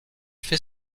fait